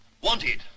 Wanted